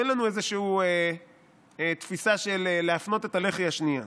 אין לנו איזושהי תפיסה של להפנות את הלחי השנייה.